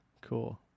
Cool